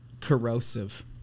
corrosive